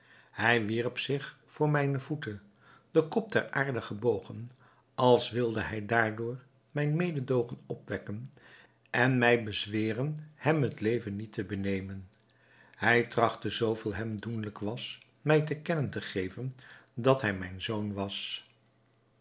hij wierp zich voor mijne voeten den kop ter aarde gebogen als wilde hij daardoor mijn mededoogen opwekken en mij bezweren hem het leven niet te benemen hij trachtte zoo veel hem doenlijk was mij te kennen te geven dat hij mijn zoon was